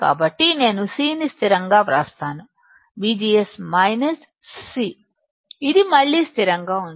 కాబట్టి నేను C ని స్థిరంగా వ్రాస్తాను VGS - C ఇది మళ్ళీ స్థిరంగా ఉంటుంది